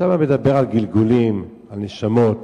ושם מדובר על גלגולים, על נשמות.